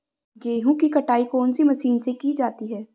गेहूँ की कटाई कौनसी मशीन से की जाती है?